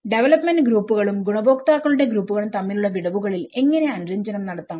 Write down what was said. development ഗ്രൂപ്പുകളും ഗുണഭോക്താക്കളുടെ ഗ്രൂപ്പുകളും തമ്മിലുള്ള വിടവുകളിൽ എങ്ങനെ അനുരഞ്ജനം നടത്താം